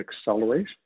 accelerate